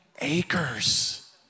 acres